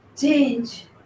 change